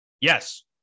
Yes